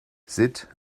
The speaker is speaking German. sitt